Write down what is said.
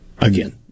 Again